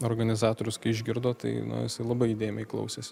organizatorius kai išgirdo tai nu jisai labai įdėmiai klausėsi